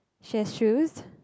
she has shoes